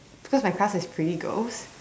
because my class has pretty girls